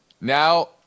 now